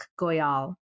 Goyal